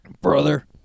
Brother